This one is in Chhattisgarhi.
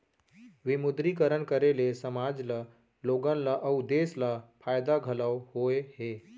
विमुद्रीकरन करे ले समाज ल लोगन ल अउ देस ल फायदा घलौ होय हे